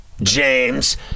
James